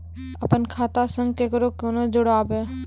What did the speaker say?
अपन खाता संग ककरो कूना जोडवै?